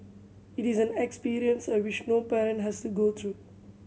it is an experience I wish no parent has to go through